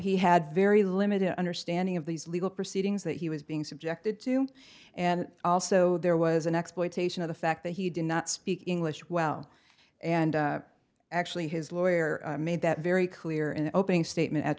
he had very limited understanding of these legal proceedings that he was being subjected to and also there was an exploitation of the fact that he did not speak english well and actually his lawyer made that very clear in the opening statement at